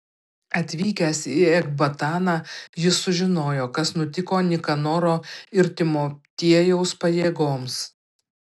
atvykęs į ekbataną jis sužinojo kas nutiko nikanoro ir timotiejaus pajėgoms